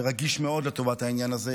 שרגיש מאוד לטובת העניין הזה,